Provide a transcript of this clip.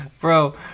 Bro